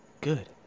good